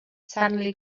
suddenly